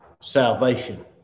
Salvation